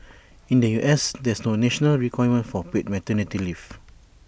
in the U S there's no national requirement for paid maternity leave